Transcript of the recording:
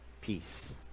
peace